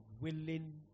willing